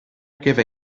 queda